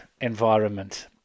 environment